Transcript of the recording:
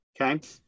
Okay